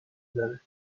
زند